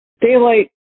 daylight